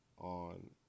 on